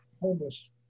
homeless